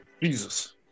Jesus